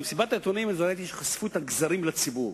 במסיבת העיתונאים הזו ראיתי שחשפו את הגזרים לציבור.